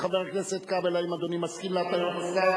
חבר הכנסת כבל, האם אדוני מסכים להתניות השר?